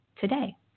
today